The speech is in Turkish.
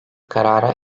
karara